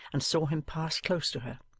and saw him pass close to her.